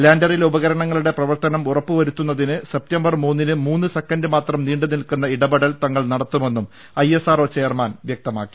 ലാൻഡറിലെ ഉപകരണങ്ങളുടെ പ്രവർത്തനം ഉറപ്പ് വരുത്തുന്നതിന് സെപ്റ്റംബർ മൂന്നിന് മൂന്ന് സെക്കന്റ് മാത്രം നീണ്ട് നിൽക്കുന്ന ഇടപെടൽ തങ്ങൾ നടത്തുമെന്നും ഐഎസ്ആർഒ ചെയർമാൻ വ്യക്തമാക്കി